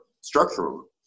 structural